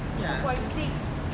two point six